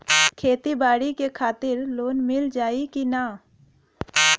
खेती बाडी के खातिर लोन मिल जाई किना?